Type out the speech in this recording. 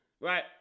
Right